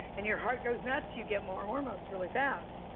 and your heart goes nuts, you get more hormones really fast.